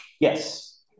yes